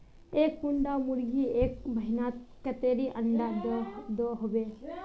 एक कुंडा मुर्गी एक महीनात कतेरी अंडा दो होबे?